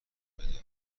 بده